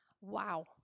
Wow